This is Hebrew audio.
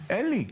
אין לי.